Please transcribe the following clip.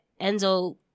Enzo